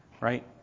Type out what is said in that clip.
Right